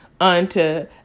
unto